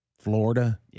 Florida